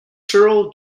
cyril